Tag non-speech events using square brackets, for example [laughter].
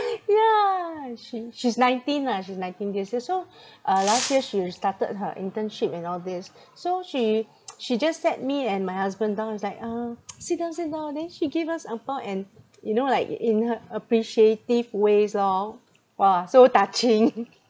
[laughs] ya she she's nineteen lah she's nineteen years yes so [breath] uh last year she started her internship and all this so she [noise] she just sat me and my husband down is like uh [noise] sit down sit down then she gave us angpao and you know like i~ in her appreciative ways lor !wah! so touching [laughs]